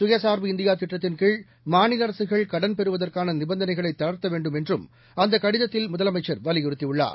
சுயசார்பு இந்தியா திட்டத்தின்கீழ் மாநில அரசுகள் கடன் பெறுவதற்கான நிபந்தனைகளை தளர்த்த வேண்டும் என்றும் அந்தக் கடிதத்தில் முதலமைச்சர் வலியுறுத்தியுள்ளார்